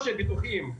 משה ביטוחים,